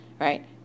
right